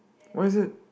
why is it